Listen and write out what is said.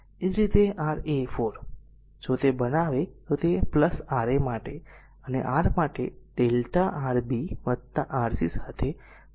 એ જ રીતે R a 4 જો તે બનાવે તો તે R a માટે અને r માટે Δ Rb Rc સાથે સમાંતર જોવા મળશે